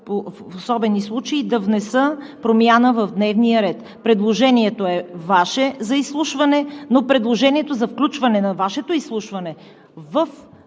в особени случаи да внеса промяна в дневния ред. Предложението е Ваше за изслушване, но предложението за включване на Вашето изслушване в